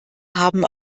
haben